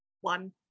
one